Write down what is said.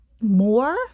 more